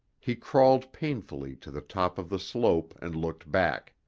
he crawled painfully to the top of the slope, and looked back.